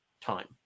time